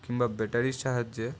কিংবা ব্যাটারির সাহায্যে